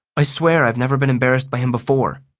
i swear i've never been embarrassed by him before.